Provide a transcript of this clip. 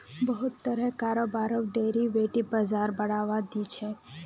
बहुत तरहर कारोबारक डेरिवेटिव बाजार बढ़ावा दी छेक